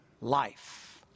life